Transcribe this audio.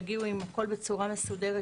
עם הכול בצורה מסודרת.